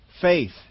faith